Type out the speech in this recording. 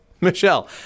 Michelle